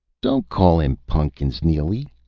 don't call him pun'kins, neely!